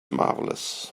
marvelous